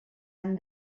han